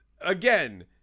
again